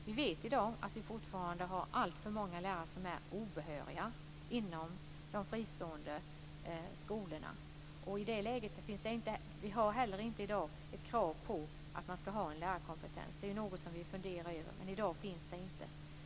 Vi vet i dag att vi fortfarande har alltför många lärare som är obehöriga inom de fristående skolorna, och vi har heller inte i dag krav på att man ska ha lärarkompetens. Det är något som vi funderar över, men i dag finns det inte.